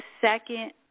second